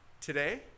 today